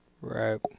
Right